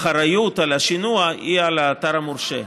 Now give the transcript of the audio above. האחריות לשינוע היא על האתר המורשה,